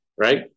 Right